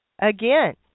again